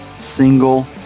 single